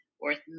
worth